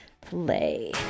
play